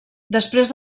després